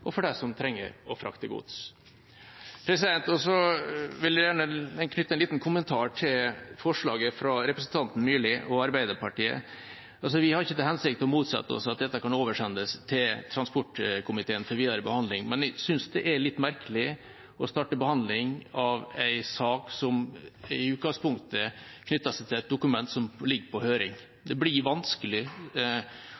og for dem som trenger å frakte gods. Jeg vil gjerne knytte en liten kommentar til forslaget fra representanten Myrli og Arbeiderpartiet. Vi har ikke til hensikt å motsette oss at dette kan oversendes til transportkomiteen til videre behandling, men jeg synes det er litt merkelig å starte behandling av en sak som i utgangspunktet knytter seg til et dokument som ligger ute til høring.